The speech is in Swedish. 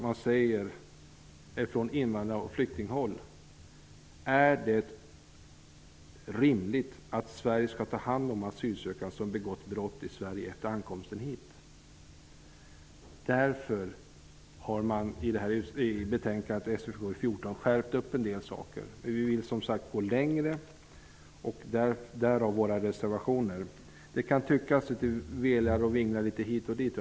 Man undrar där om det är rimligt att Sverige skall ta hand om asylsökande som har begått brott här efter ankomsten till Sverige. Man har nu skärpt upp vissa saker, men vi vill, som sagt, gå längre -- därav våra reservationer till detta betänkande. Det kan tyckas som att vi velar och vinglar litet hit och dit.